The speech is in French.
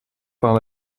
par